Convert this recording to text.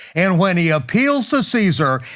and when he appeals to caesar,